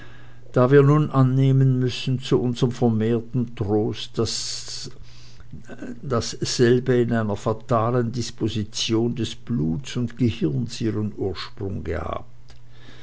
da wir nun annemen müssen zu unserem vermehrten trost daß selbe in einer fatalen disposition des bluts und gehirns ihren ursprung gehabt